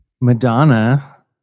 Madonna